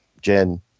jen